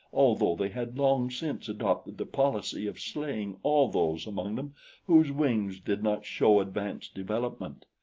although they had long since adopted the policy of slaying all those among them whose wings did not show advanced development.